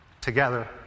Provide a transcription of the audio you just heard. together